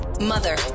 Mother